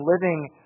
living